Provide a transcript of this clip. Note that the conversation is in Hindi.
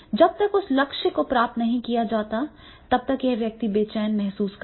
जब तक उस लक्ष्य को प्राप्त नहीं किया जाता है तब तक वह व्यक्ति बेचैन महसूस करेगा